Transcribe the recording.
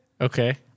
Okay